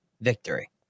victory